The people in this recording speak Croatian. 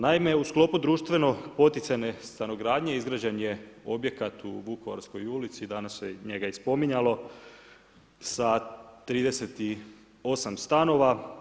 Naime, u sklopu društveno potencijalne stanogradnje, izgrađen je objekat u Vukovarskoj ulici danas se njega i spominjalo sa 38 stanova.